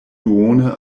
duone